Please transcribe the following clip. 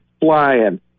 flying